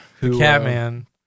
Catman